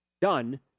done